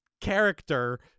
character